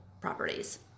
properties